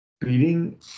beating